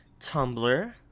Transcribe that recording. Tumblr